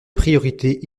priorités